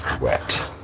wet